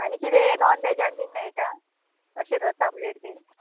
आनी कितें नॉन वॅजान बी मेळटा अशे रस आमलेड बीन